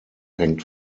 hängt